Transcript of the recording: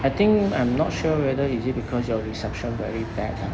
I think I'm not sure whether is it because your reception very bad